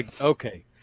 Okay